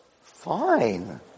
Fine